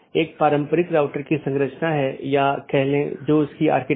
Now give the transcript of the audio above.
एक विशेष उपकरण या राउटर है जिसको BGP स्पीकर कहा जाता है जिसको हम देखेंगे